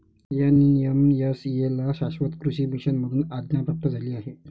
NMSA ला शाश्वत कृषी मिशन मधून आज्ञा प्राप्त झाली आहे